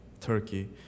Turkey